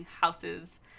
houses